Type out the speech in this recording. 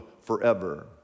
forever